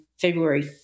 February